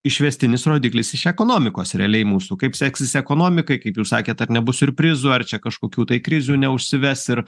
išvestinis rodiklis iš ekonomikos realiai mūsų kaip seksis ekonomikai kaip jūs sakėt ar nebus siurprizų ar čia kažkokių tai krizių neužsives ir